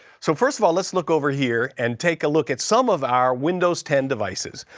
so, first of all, let's look over here and take a look at some of our windows ten devices.